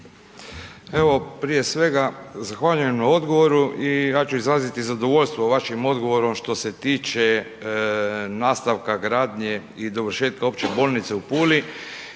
Evo, prije svega, zahvaljujem na odgovoru i ja ću izraziti zadovoljstvo vašim odgovorom što se tiče nastavka gradnje i dovršetka Opće bolnice u Puli